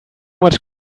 much